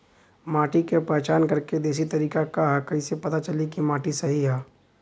माटी क पहचान करके देशी तरीका का ह कईसे पता चली कि माटी सही ह?